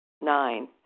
Nine